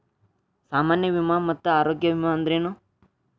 ಸಾಮಾನ್ಯ ವಿಮಾ ಮತ್ತ ಆರೋಗ್ಯ ವಿಮಾ ಅಂದ್ರೇನು?